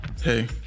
Hey